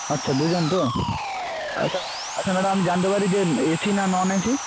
আচ্ছা দুজন তো আচ্ছা আচ্ছা ম্যাডাম আমি জানতে পারি যে এ সি না নন এ সি